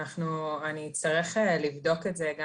אני אצטרך לבדוק את זה.